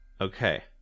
okay